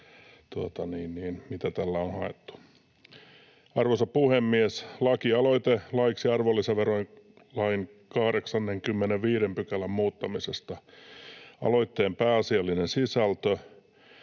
Arvoisa puhemies! Lakialoite laiksi arvonlisäverolain 85 §:n muuttamisesta: Aloitteen pääasiallinen sisältö: